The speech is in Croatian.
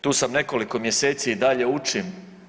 Tu sam nekoliko mjeseci i dalje učim.